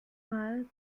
mal